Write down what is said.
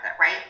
right